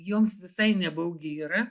joms visai nebaugi yra